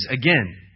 again